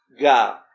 ga